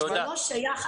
זה לא שייך,